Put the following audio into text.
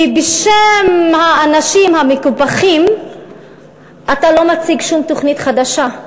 כי בשם האנשים המקופחים אתה לא מציג שום תוכנית חדשה,